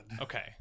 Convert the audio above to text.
okay